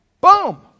Boom